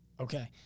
Okay